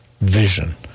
vision